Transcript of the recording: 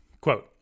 Quote